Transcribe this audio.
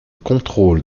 contrôle